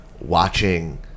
watching